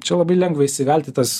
čia labai lengva įsivelt į tas